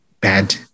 bad